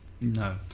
No